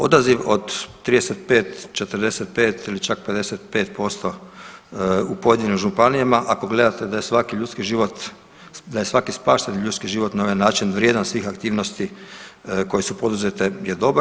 Odaziv od 35, 45 ili čak 55% u pojedinim županijama ako gledate da je svaki ljudski život, da je svaki spašen ljudski život na ovaj način vrijedan svih aktivnosti koje su poduzete je dobar.